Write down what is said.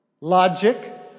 Logic